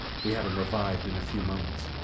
we had him revived in a few moments.